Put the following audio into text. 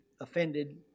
offended